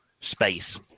space